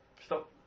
Stop